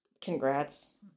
Congrats